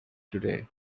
today